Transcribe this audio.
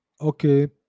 Okay